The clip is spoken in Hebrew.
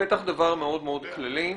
פתח דבר מאוד מאוד כללי: